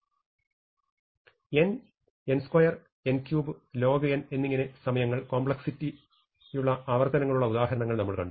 n n2 n3 log2 n എന്നിങ്ങനെ സമയങ്ങൾ കോംപ്ലക്സിറ്റിയുള്ള ആവർത്തനങ്ങളുള്ള ഉദാഹരങ്ങൾ നമ്മൾ കണ്ടു